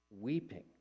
weeping